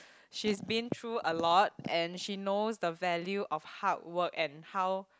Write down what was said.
she's been through a lot and she knows the value of hard work and how